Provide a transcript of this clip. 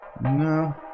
No